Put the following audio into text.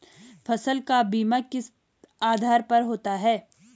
फसल का बीमा किस आधार पर होता है?